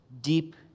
deep